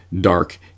dark